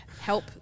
help